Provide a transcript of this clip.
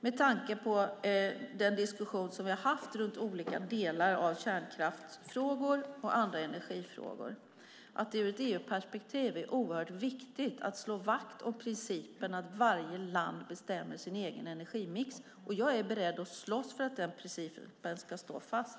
Med tanke på den diskussion som vi har haft om olika kärnkraftsfrågor och andra energifrågor tycker jag att det ur ett EU-perspektiv är oerhört viktigt att slå vakt om principen att varje land bestämmer sin egen energimix. Jag är beredd att slåss för att den principen ska stå fast.